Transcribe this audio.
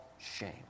shame